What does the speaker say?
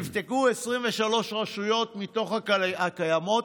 נבדקו 23 רשויות מתוך הקיימות,